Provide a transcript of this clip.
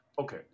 okay